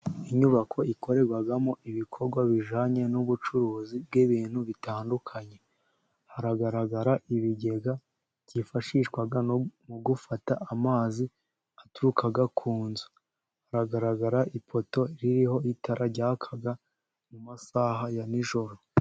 Inyubako ikorerwamo ibikorwa bijyanye n'ubucuruzi bw'ibintu bitandukanye. Hagaragara ibigega byifashishwa mu gufata amazi aturuka ku nzu. Haragaragara ipoto ririho itara ryaka mu masaha ya nijoro.